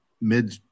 mid